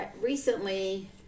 recently